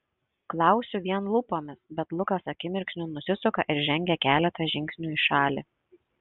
klausiu vien lūpomis bet lukas akimirksniu nusisuka ir žengia keletą žingsnių į šalį